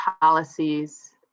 policies